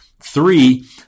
Three